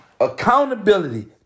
accountability